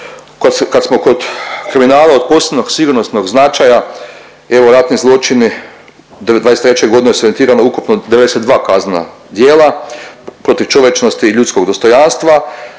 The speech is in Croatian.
Kad smo kod kriminala od posebnog sigurnosnog značaja, evo ratni zločini '23. g. su evidentirani ukupno 92 kaznena djela protiv čovječnosti i ljudskog dostojanstva.